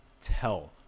tell